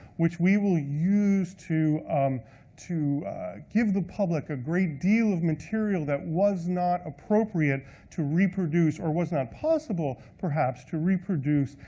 which we will use to to give the public a great deal of material that was not appropriate to reproduce, or was not possible, perhaps to reproduce,